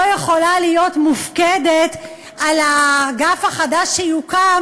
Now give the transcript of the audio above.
לא יכולה להיות מופקדת על האגף החדש שיוקם